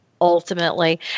ultimately